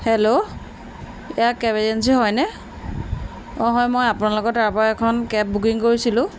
hello এয়া cab agency হয়নে অঁ হয় মই আপোনালোকৰ তাৰপৰা এখন কেব বুকিং কৰিছিলোঁ